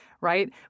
Right